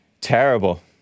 Terrible